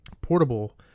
portable